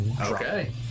okay